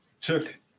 took